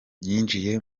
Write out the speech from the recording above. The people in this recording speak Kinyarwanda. yinjiye